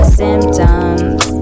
symptoms